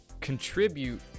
contribute